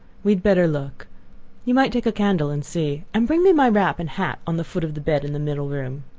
we had better look you might take a candle and see. and bring me my wrap and hat on the foot of the bed in the middle room.